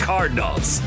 Cardinals